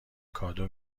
کادو